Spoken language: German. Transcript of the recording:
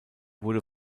wurde